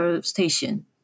Station